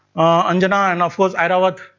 anjana, and of course airavat,